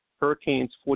Hurricanes